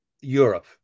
Europe